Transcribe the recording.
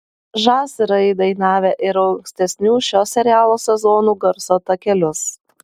žas yra įdainavę ir ankstesnių šio serialo sezonų garso takelius